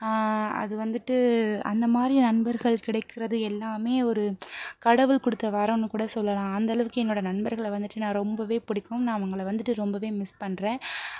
அது வந்துவிட்டு அந்தமாதிரி நண்பர்கள் கிடைக்கிறது எல்லாமே ஒரு கடவுள் கொடுத்த வரம்னு கூட சொல்லலாம் அந்தளவுக்கு என்னோட நண்பர்களை வந்துவிட்டு நான் ரொம்பவே பிடிக்கும் நான் அவங்களை வந்துவிட்டு ரொம்பவே மிஸ் பண்ணுறேன்